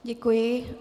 Děkuji.